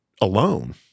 alone